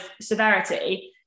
severity